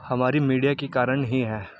ہماری میڈیا کی کارن ہی ہے